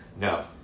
No